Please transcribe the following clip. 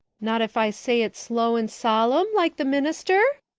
not if i say it slow and solemn, like the minister?